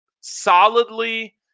solidly